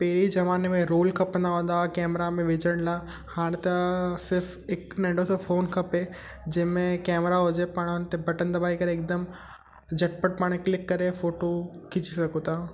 पहिरीं ज़माने में रोल खपंदा हूंदा कैमरा में विझण लाइ हाणे त सिर्फ़ु हिकु नंढो सो फ़ोन खपे जंहिंमें कैमरा हुजे पाण हुन ते बटन दॿाए करे हिकदमि झटिपटि पाण क्लिक करे फ़ोटू खिचे सघूं था